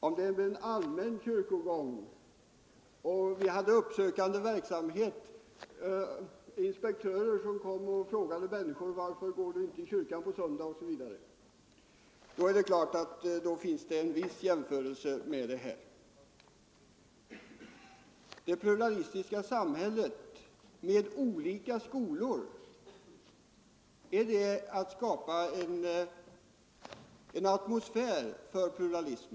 Om det vore fråga om en allmän kyrkogång och uppsökande verksamhet — t.ex. inspektörer som frågade människorna varför de inte gick i kyrkan på söndagarna — då kunde en viss jämförelse ske. Ett samhälle med olika skolor, är det att skapa en atmosfär för pluralism?